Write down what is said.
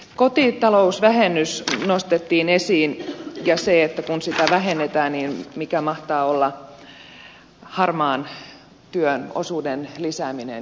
kotitalousvähennys nostettiin esiin ja se että kun sitä vähennetään mikä mahtaa olla harmaan työn osuuden lisääntyminen